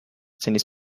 tennis